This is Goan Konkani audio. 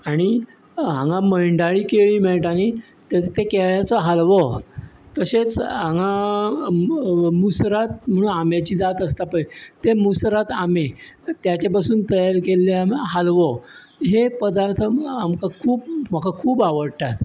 आनी हांगां मंयडोळीं केळीं मेळटा न्ही तस त्या केळ्यांचो हालवो तशेच हांगां मुसरात म्हणून आंब्याची जात आसता पळय ते मुसरात आंबे तेचे पसून तयार केल्लो हालवो हे पदार्थ आमकां म्हाका खूब आवडटात